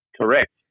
Correct